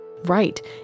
Right